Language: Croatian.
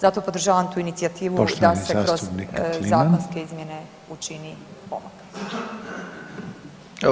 Zato podržavam tu inicijativu da se kroz zakonske izmjene učini pomak.